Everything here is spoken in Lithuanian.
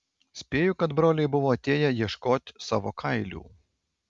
spėju kad broliai buvo atėję ieškot savo kailių